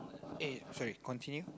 eh sorry continue